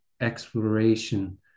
exploration